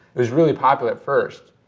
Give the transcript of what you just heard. it was really popular at first,